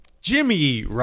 jimmy